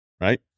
right